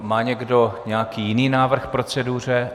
Má někdo nějaký jiný návrh k proceduře?